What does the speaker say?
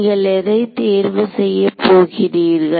நீங்கள் எதை தேர்வு செய்யப் போகிறீர்கள்